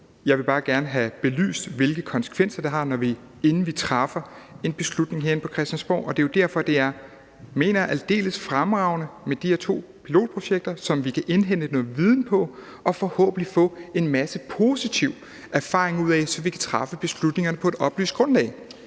Jeg vil bare gerne have belyst, hvilke konsekvenser det har, inden vi træffer en beslutning herinde på Christiansborg. Og det er jo derfor, jeg mener, det er aldeles fremragende med de her to pilotprojekter, som vi kan indhente noget viden fra og forhåbentlig få en masse positiv erfaring ud af, så vi kan træffe beslutningerne på et oplyst grundlag.